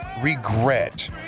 regret